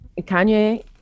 Kanye